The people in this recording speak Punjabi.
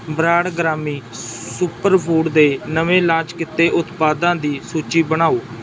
ਬ੍ਰਾਂਡ ਗ੍ਰਾਮੀ ਸੁਪਰ ਫੂਡ ਦੇ ਨਵੇਂ ਲਾਂਚ ਕੀਤੇ ਉਤਪਾਦਾਂ ਦੀ ਸੂਚੀ ਬਣਾਓ